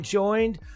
joined